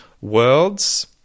Worlds